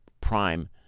prime